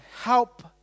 help